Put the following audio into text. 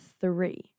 three